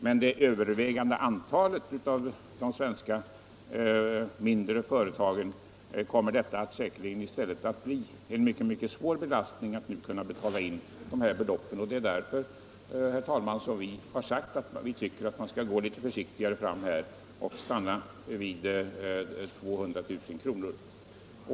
För det övervägande antalet bland de svenska mindre företagen kommer det emellertid säkerligen att bli en mycket svår belastning att betala in dessa belopp. Det är därför, herr talman, som vi har sagt att vi tycker att man skall gå litet försiktigare fram och stanna vid 200 000 kr.